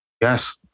Yes